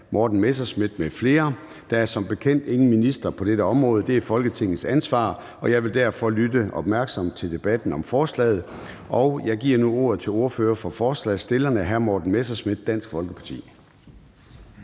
Formanden (Søren Gade): Der er som bekendt ingen minister på dette område. Det er Folketingets ansvar, og jeg vil derfor lytte opmærksomt til debatten om forslaget. Og jeg giver nu ordet til ordføreren for forslagsstillerne, hr. Morten Messerschmidt, Dansk Folkeparti.